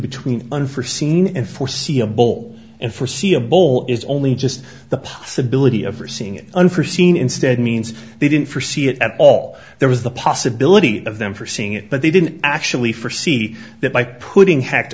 between unforseen and for see a bowl and for see a bowl is only just the possibility of or seeing unforseen instead means they didn't forsee it at all there was the possibility of them for seeing it but they didn't actually for see that by putting hacked